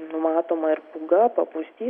numatoma ir pūga papustys